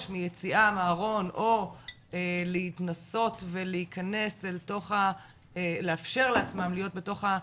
מיציאה מהארון או להתנסות ולהיכנס ולאפשר לעצמם להיות בתוך,